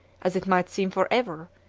as it might seem forever,